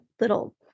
little